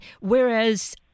whereas